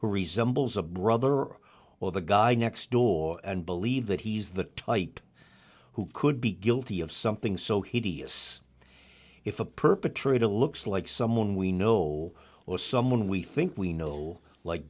resembles a brother or the guy next door and believe that he's the type who could be guilty of something so hideous if a perpetrator looks like someone we know or someone we think we know